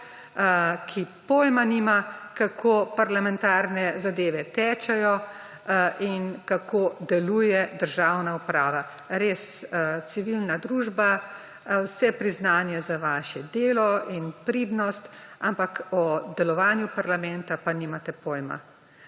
ki pojma nima, kako parlamentarne zadeve tečejo in kako deluje državna uprava. Res, civilna družba, vse priznanje za vaše delo in pridnost, ampak o delovanju parlamenta pa nimate pojma.